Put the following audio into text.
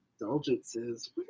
indulgences